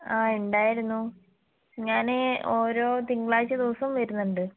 ആ ഉണ്ടായിരുന്നു ഞാൻ ഓരോ തിങ്കളാഴ്ച ദിവസവും വരുന്നുണ്ട്